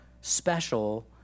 special